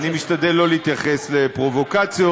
אני משתדל שלא להתייחס לפרובוקציות.